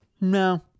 No